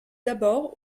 d’abord